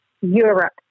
Europe